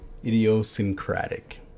Idiosyncratic